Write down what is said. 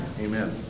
Amen